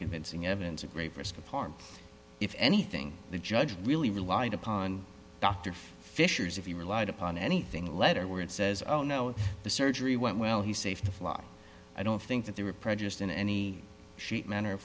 convincing evidence a grave risk of harm if anything the judge really relied upon dr fischer's if he relied upon anything letter where it says oh no the surgery went well he's safe to fly i don't think that they were prejudiced in any shape manner